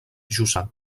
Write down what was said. jussà